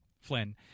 Flynn